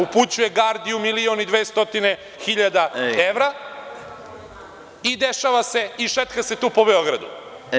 Upućuje „Gardiju_“ milion i 200 hiljada evra i šetka se tu po Beogradu.